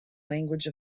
language